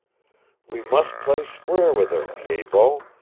we must play square with her, pied-bot,